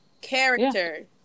Character